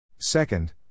Second